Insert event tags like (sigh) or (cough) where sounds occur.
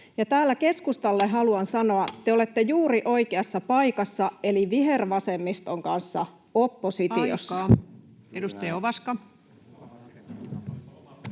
täällä keskustalle haluan sanoa, (noise) että te olette juuri oikeassa paikassa eli vihervasemmiston kanssa oppositiossa.